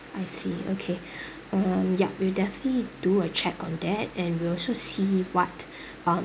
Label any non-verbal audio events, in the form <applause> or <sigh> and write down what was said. I see okay <breath> um yup we'll definitely do a check on that and we'll also see what <breath> um